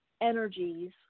energies